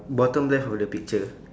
bottom left of the picture